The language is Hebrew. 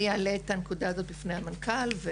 אעלה את הנקודה הזאת בפני המנכ"ל.